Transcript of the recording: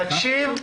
תקשיב.